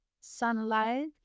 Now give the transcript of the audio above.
sunlight